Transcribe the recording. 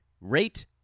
rate